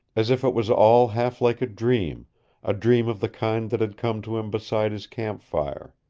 as if it was all half like a dream a dream of the kind that had come to him beside his campfire.